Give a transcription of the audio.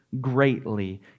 greatly